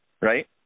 Right